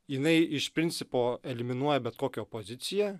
jinai iš principo eliminuoja bet kokią opoziciją